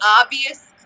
obvious